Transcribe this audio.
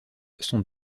sont